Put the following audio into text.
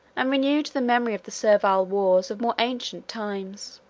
and renewed the memory of the servile wars of more ancient times.